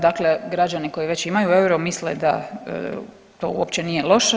Dakle, građani koji već imaju euro misle da to uopće nije loše.